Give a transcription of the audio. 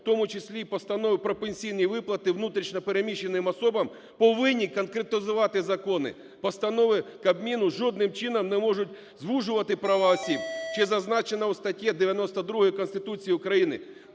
у тому числі і постанови про пенсійні виплати внутрішньо переміщеним особам, повинні конкретизувати закони. Постанови Кабміну жодним чином не можуть звужувати права осіб. Ще зазначено у статті 92 Конституції України: